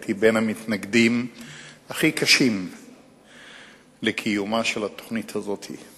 הייתי בין המתנגדים הכי קשים לקיומה של התוכנית הזאת.